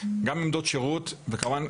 כמובן,